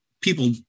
people